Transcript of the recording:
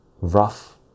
rough